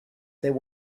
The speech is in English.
there